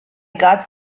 got